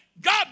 God